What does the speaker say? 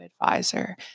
advisor